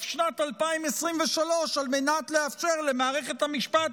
שנת 2023 על מנת לאפשר למערכת המשפט,